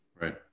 Right